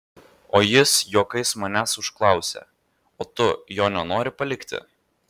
o jis juokais manęs užklausė o tu jo nenori palikti